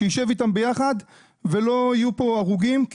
שישב איתם ביחד ולא יהיו פה הרוגים.